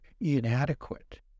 inadequate